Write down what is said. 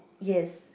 yes